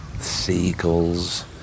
seagulls